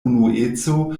unueco